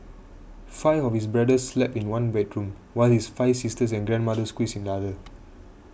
five of his brothers slept in one bedroom while his five sisters and grandmother squeezed in the other